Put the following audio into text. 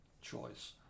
choice